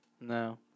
No